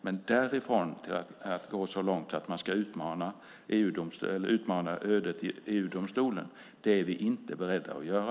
Att därifrån gå så långt som att utmana ödet i EU-domstolen är vi dock inte beredda att göra.